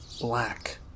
Black